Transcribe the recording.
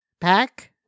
Pack